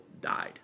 died